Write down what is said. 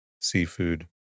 seafood